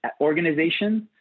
organizations